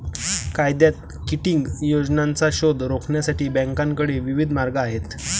कायद्यात किटिंग योजनांचा शोध रोखण्यासाठी बँकांकडे विविध मार्ग आहेत